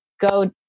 go